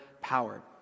power